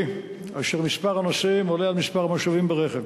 כאשר מספר הנוסעים עולה על מספר המושבים ברכב.